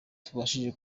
tubashije